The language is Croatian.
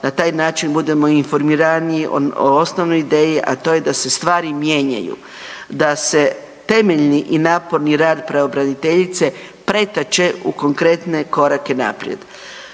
na taj način budemo informiraniji o osnovnoj ideji, a to je da se stvari mijenjaju. Da se temeljni i naporni rad pravobraniteljice pretače u konkretne korake naprijed.